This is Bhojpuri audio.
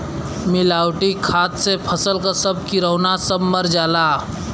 मिलावटी खाद से फसल क सब किरौना सब मर जाला